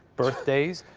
birthdays,